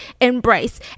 embrace